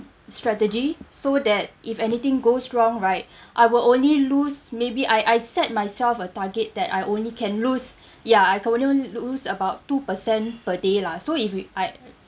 strategy so that if anything goes wrong right I will only lose maybe I'd I'd set myself a target that I only can lose ya I can only lose about two percent per day lah so if we I